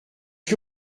que